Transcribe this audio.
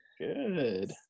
good